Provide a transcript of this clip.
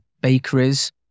bakeries